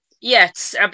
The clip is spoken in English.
Yes